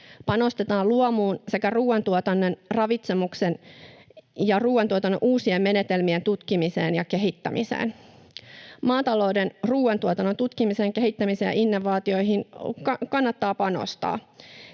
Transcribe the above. Panostetaan luomuun sekä ruoantuotannon, ravitsemuksen ja ruoantuotannon uusien menetelmien tutkimiseen ja kehittämiseen. Maatalouteen ja ruoantuotannon tutkimiseen, kehittämiseen ja innovaatioihin kannattaa panostaa.